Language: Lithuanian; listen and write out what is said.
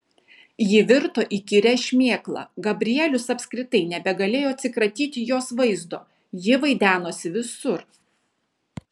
ji virto įkyria šmėkla gabrielius apskritai nebegalėjo atsikratyti jos vaizdo ji vaidenosi visur